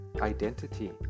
identity